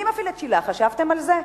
מי מפעיל את שיל"ה, חשבתם על זה?